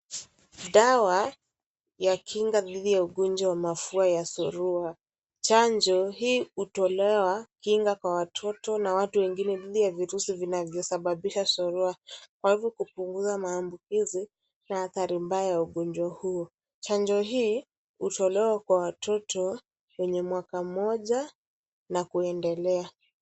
Dawa ya kinga dhidhi ya ugonjwa wa mafua ya surua chanjo hii hutolewa kinga kwa watoto na watu wengine dhidhi ya virusi vinavyo sababisha surua kwa hivyo kupunguza maambukizi na athari mbaya ya ugonjwa huo. Chanjo hii hutolewa kwa watoto wenye mwaka moja na kuendelea.